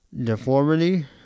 deformity